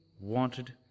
wanted